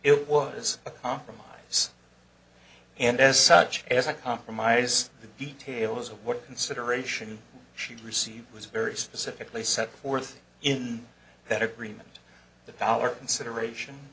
it was a compromise and as such as a compromise the details of what consideration she received was very specifically set forth in that agreement that valor consideration